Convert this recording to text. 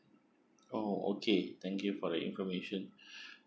oh okay thank you for the information